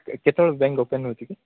କେତେବେଳେ bank open ହେଉଛି କି